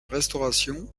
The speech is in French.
restauration